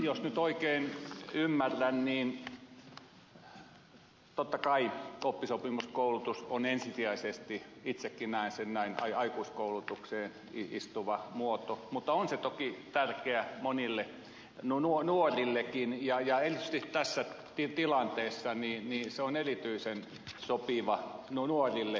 jos nyt oikein ymmärrän niin totta kai oppisopimuskoulutus on ensisijaisesti itsekin näen sen näin aikuiskoulutukseen istuva muoto mutta on se toki tärkeä monille nuorillekin ja erityisesti tässä tilanteessa se on erityisen sopiva nuorille